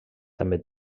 també